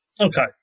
Okay